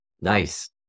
Nice